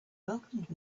welcomed